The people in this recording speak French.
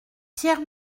pierre